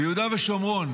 ביהודה ושומרון